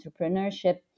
entrepreneurship